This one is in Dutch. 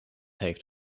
heeft